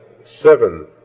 seven